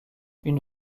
une